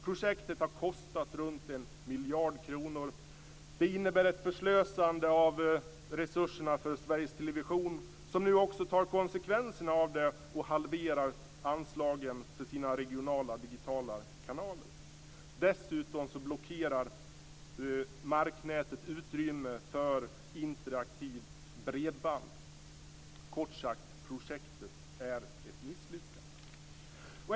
Projektet har kostat runt 1 miljard kronor. Det innebär ett förslösande av resurserna för Sveriges television som nu också tar konsekvenserna av det och halverar anslagen för sina regionala digitala kanaler. Dessutom blockerar marknätet utrymme för interaktiva bredband. Kort sagt: Projektet är ett misslyckande.